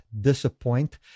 disappoint